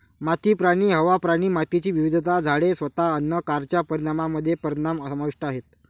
माती, पाणी, हवा, प्राणी, मातीची विविधता, झाडे, स्वतः अन्न कारच्या परिणामामध्ये परिणाम समाविष्ट आहेत